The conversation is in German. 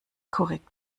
korrekt